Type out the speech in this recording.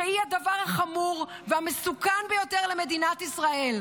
שהיא הדבר החמור והמסוכן ליותר למדינת ישראל.